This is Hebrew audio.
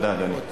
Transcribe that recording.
תודה, אדוני.